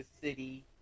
City